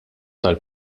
tal